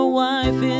wife